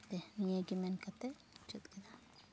ᱛᱮ ᱱᱤᱭᱟᱹᱜᱮ ᱢᱮᱱ ᱠᱟᱛᱮ ᱢᱩᱪᱟᱹᱫ ᱠᱮᱫᱟ